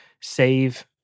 save